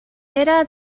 era